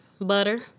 butter